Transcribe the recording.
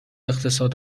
اقتصاد